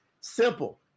Simple